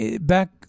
back